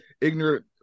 ignorant